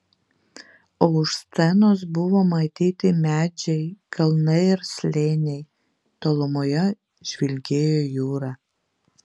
o už scenos buvo matyti medžiai kalnai ir slėniai tolumoje žvilgėjo jūra